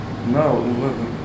no